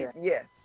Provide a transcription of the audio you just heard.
yes